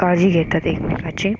काळजी घेतात एकमेकाचे